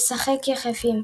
לשחק יחפים,